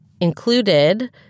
included